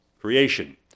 creation